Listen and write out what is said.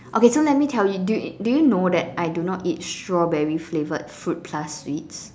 okay so let me tell you did you did you know that I do not eat strawberry flavored fruit plus sweets